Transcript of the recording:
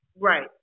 Right